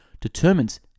determines